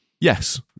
Yes